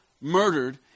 murdered